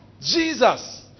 Jesus